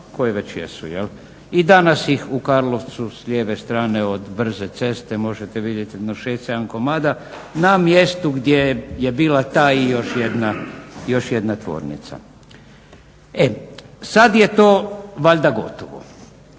koje već jesu. I danas u Karlovcu s lijeve strane od brze ceste možete vidjeti jedno 6, 7 komada na mjestu gdje je bila ta i još jedna tvornica. E, sad je to valjda gotovo.